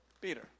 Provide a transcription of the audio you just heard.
Peter